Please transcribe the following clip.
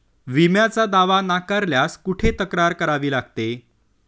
विम्याचा दावा नाकारल्यास कुठे तक्रार करावी लागते?